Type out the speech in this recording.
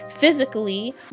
physically